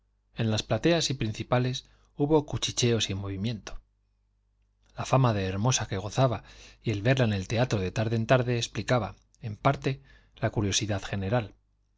en las plateas y principales hubo cuchicheos y movimiento la fama de hermosa que gozaba y el verla en el teatro de tarde en tarde explicaba en parte la curiosidad general